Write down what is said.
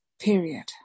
period